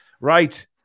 Right